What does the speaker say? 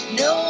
no